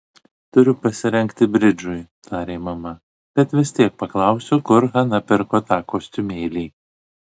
turiu pasirengti bridžui tarė mama bet vis tiek paklausiu kur hana pirko tą kostiumėlį